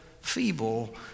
feeble